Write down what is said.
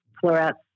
florets